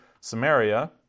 Samaria